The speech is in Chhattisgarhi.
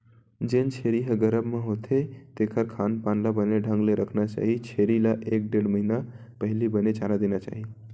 जेन छेरी ह गरभ म होथे तेखर खान पान ल बने ढंग ले रखना चाही छेरी ल एक ढ़ेड़ महिना पहिली बने चारा देना चाही